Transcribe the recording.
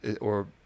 or-